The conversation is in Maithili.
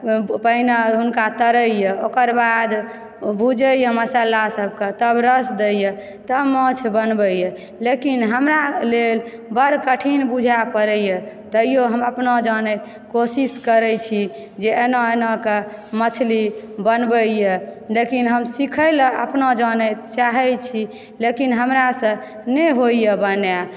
पहिने हुनका तरयए ओकर बाद भुजइए मसालासभकऽ तब रस दयए तब माछ बनबयए लेकिन हमरा लेल बड़ कठिन बुझाइ पड़यए ताहियो हम अपना जानैत कोशिश करैत छी जे एना एनाकऽ मछली बनबिए लेकिन हम सिखयलऽ अपना जनैतत चाहय छी लेकिन हमरासँ नहि होइए बनायल